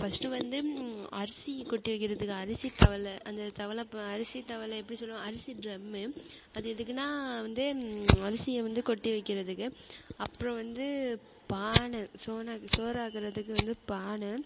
first வந்து அரிசி கொட்டி வைக்கிறத்துக்கு அரிசி தவலை அந்த தவலை ப அரிசி தவலை எப்படி சொல்வோம் அரிசி ட்ரம் அது எதுக்குன்னால் வந்து அரிசியை வந்து கொட்டி வைக்கிறதுக்கு அப்புறம் வந்து பானை சோன சோறாக்குகிறத்துக்கு வந்து பானை